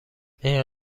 این